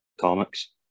comics